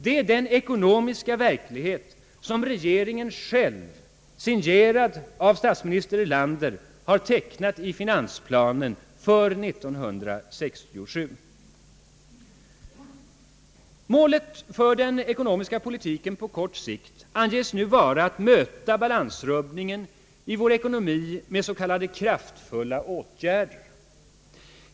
Det är den ekonomiska verklighet som regeringen själv, signerad av statsminister Erlander, har tecknat i finansplanen för 1967. Målet för den ekonomiska politiken på kort sikt anges nu vara att möta balansrubbningen i vår ekonomi med s.k. kraftfulla åtgärder.